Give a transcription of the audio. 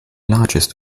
largest